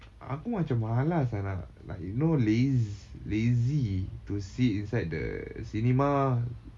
aku macam malas ah nak you know laz~ lazy to sit inside the cinema